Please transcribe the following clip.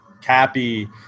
Cappy